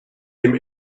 dem